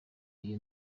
iyo